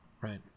right